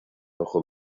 ojo